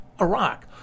Iraq